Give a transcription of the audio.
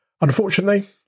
Unfortunately